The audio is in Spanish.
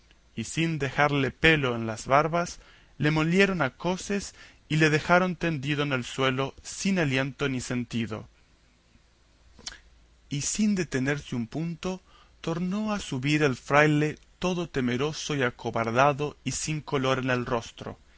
y sin dejarle pelo en las barbas le molieron a coces y le dejaron tendido en el suelo sin aliento ni sentido y sin detenerse un punto tornó a subir el fraile todo temeroso y acobardado y sin color en el rostro